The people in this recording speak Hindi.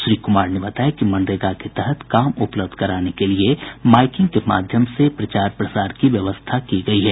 श्री कुमार ने बताया कि मनरेगा के तहत काम उपलब्ध कराने के लिए माईकिंग के माध्यम से प्रचार प्रसार करवाया जा रहा है